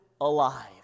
alive